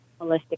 holistic